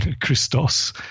Christos